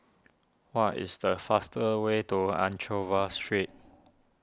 what is the faster way to Anchorvale Street